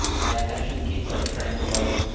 my attention keeps like turning to like,